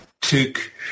took